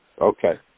Okay